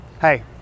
hey